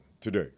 today